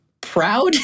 proud